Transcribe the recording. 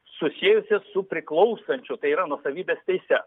susiejusi su priklausančiu tai yra nuosavybės teise